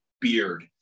beard